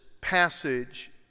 passage